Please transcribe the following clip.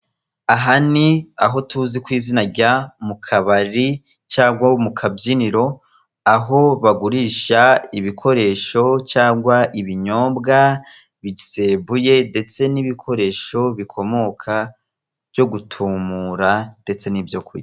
Aha ni aho tuzi kwizina rya mukabari cyangwa mukabyiniro aho bagurisha ibikoresho cyangwa ibinyobwa bisembuye ndetse nibikoresho bikomoka byo gutumura ndetse nibyokurya.